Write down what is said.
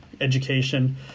education